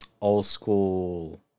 Old-school